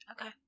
okay